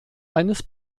eines